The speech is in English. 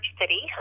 City